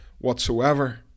whatsoever